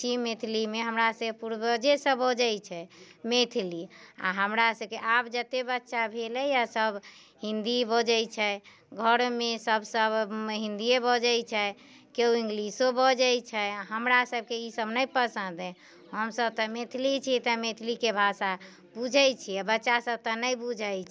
छी मैथिलीमे हमरा से पूवर्जे सभ बजैत छै मैथिली आ हमरा सभकेँ आब जतेक बच्चा भेलैया सभ हिन्दी बजैत छै घरमे सभसँ हिन्दिये बजैत छै केओ इंग्लिशो बजैत छै हमरा सभकेँ ई सभ नइ पसन्द अइ तऽ मैथिली छी तऽ मैथिलीके भाषा बुझैत छियै बच्चा सभ तऽ नहि बुझै